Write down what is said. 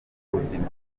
k’ubuzima